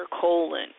colon